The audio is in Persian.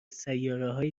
سیارههای